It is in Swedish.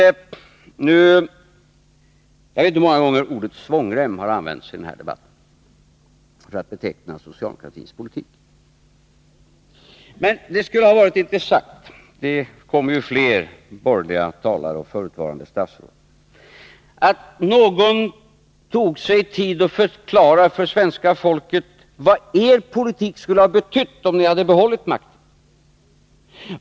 Jag vet inte hur många gånger ordet svångrem har använts i den här debatten för att beteckna socialdemokratins politik. Men det skulle vara intressant att höra — det kommer ju fler borgerliga talare och förutvarande statsråd — att någon tog sig tid att förklara för svenska folket vad er politik skulle ha betytt om ni hade behållit makten.